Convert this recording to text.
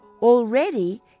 Already